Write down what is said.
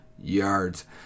yards